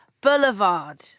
boulevard